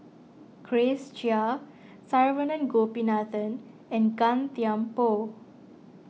Grace Chia Saravanan Gopinathan and Gan Thiam Poh